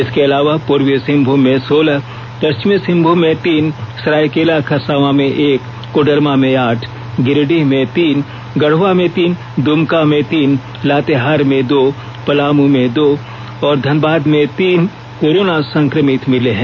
इसके अलावा पूर्वी सिंहभूम में सोलह पष्चिमी सिंहभूम में तीन सरायकेला खरसावां में एक कोडरमा में आठ गिरिडीह में तीन गढ़वा में तीन दुमका में तीन लातेहार में दो पलामू में दो और धनबाद में तीन कोरोना संक्रमित मिले हैं